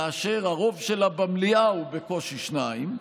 כאשר הרוב שלה במליאה הוא בקושי שניים,